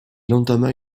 entama